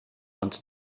ond